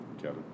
Kevin